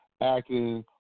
acting